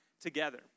together